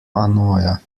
annoia